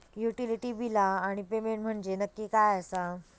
Utility बिला आणि payment म्हंजे नक्की काय आसा?